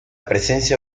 presencia